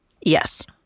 Yes